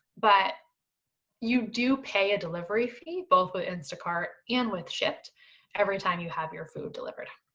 but you do pay a delivery fee, both with instacart and with shipt every time you have your food delivered.